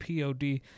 pod